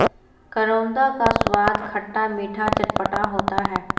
करौंदा का स्वाद खट्टा मीठा चटपटा होता है